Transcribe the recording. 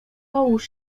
połóż